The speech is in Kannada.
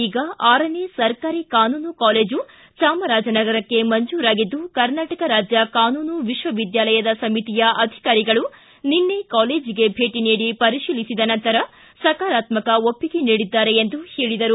ಈಗ ಆರನೇ ಸರ್ಕಾರಿ ಕಾನೂನು ಕಾಲೇಜು ಚಾಮರಾಜನಗರಕ್ಕೆ ಮಂಜೂರಾಗಿದ್ದು ಕರ್ನಾಟಕ ರಾಜ್ಯ ಕಾನೂನು ವಿಶ್ವವಿದ್ದಾನಿಲಯದ ಸಮಿತಿಯ ಅಧಿಕಾರಿಗಳು ನಿನ್ನೆ ಕಾಲೇಜಿಗೆ ಭೇಟಿ ನೀಡಿ ಪರಿಶೀಲಿಸಿದ ನಂತರ ಸಕಾರಾತ್ಮಕ ಒಪ್ಪಿಗೆ ನೀಡಿದ್ದಾರೆ ಎಂದು ಹೇಳಿದರು